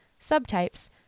subtypes